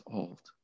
old